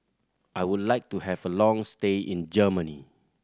I would like to have a long stay in Germany